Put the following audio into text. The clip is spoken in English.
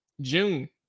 June